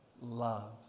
Love